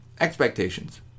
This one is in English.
expectations